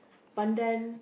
pandan